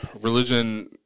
Religion